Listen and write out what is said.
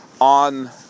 on